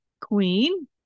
queen